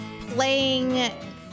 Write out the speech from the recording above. playing